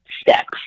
steps